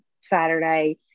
saturday